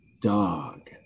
dog